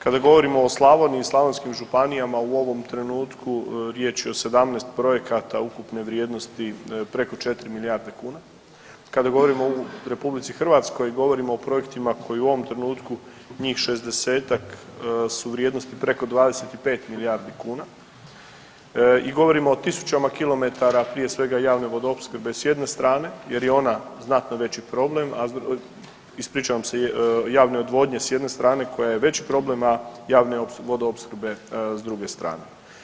Kada govorimo o Slavoniji i slavonskim županijama u ovom trenutku riječ je o 17 projekata ukupne vrijednosti preko 4 milijarde kuna, kada govorimo o RH govorimo o projektima koji u ovom trenutku njih 60-tak su vrijednosti preko 25 milijardi kuna i govorimo o tisućama kilometara prije svega javne Vodoopskrbe s jedne strane jer je ona znatno veći problem, ispričavam se, javne odvodnje s jedne strane koja je veći problem od javne Vodoopskrbe s druge strane.